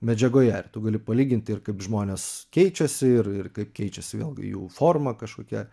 medžiagoje ir tu gali palyginti ir kaip žmonės keičiasi ir ir kaip keičiasi vėlgi jų forma kažkokia